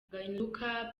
gianluca